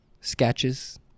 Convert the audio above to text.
sketches